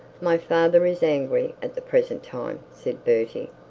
my father is angry at the present time said bertie,